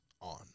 on